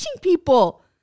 people